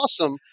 awesome